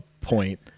point